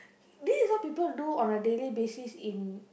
this is what people do on a daily basis in